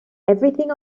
everything